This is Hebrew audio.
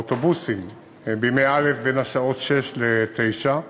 באוטובוסים בימי א' בין 06:00 ל-09:00,